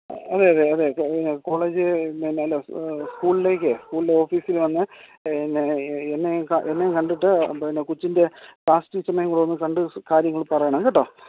അതെ അതെ അതെ അതെ പിന്നെ കോളേജ് പിന്നേ അല്ല സ്കൂൾലേക്കേ സ്കൂൾ ഓഫീസി വന്ന് എന്നെ എന്നെ എന്നെക ണ്ടിട്ട് പിന്നെ കൊച്ചിൻ്റെ ക്ലാസ് ടീച്ചർനെയും കൂടൊന്ന് കണ്ട് കാര്യങ്ങൾ പറയണം കേട്ടോ